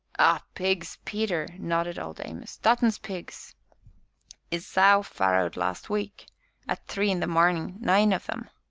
ah! pigs, peter, nodded old amos, dutton's pigs is sow farrowed last week at three in the marnin' nine of em!